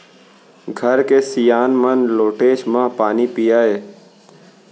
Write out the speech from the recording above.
घर के सियान मन लोटेच म पानी पियय